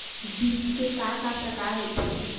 बीज के का का प्रकार होथे?